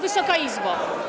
Wysoka Izbo!